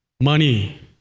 money